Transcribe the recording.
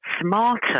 smarter